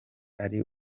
ari